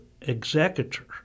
executor